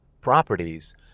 properties